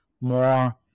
more